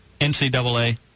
NCAA